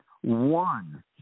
one